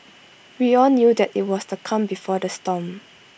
we all knew that IT was the calm before the storm